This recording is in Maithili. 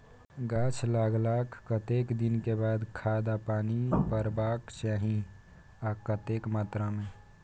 गाछ लागलाक कतेक दिन के बाद खाद आ पानी परबाक चाही आ कतेक मात्रा मे?